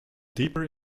deeper